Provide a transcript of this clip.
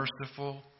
merciful